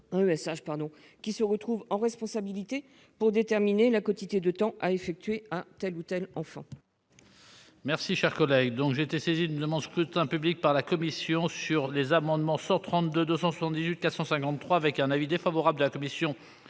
qui se retrouvent en responsabilité pour déterminer la quotité de temps à effectuer auprès de tel ou tel enfant.